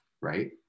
right